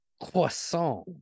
Croissant